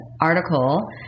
Article